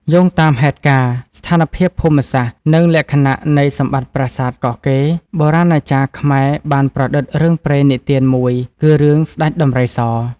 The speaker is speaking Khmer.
យោងតាមហេតុការណ៍ ស្ថានភាពភូមិសាស្ត្រ និងលក្ខណៈនៃសម្បត្តិប្រាសាទ កោះកេរ បុរាណាចារ្យខ្មែរបានប្រឌិតរឿងព្រេងនិទានមួយគឺរឿង ស្តេចដំរីស។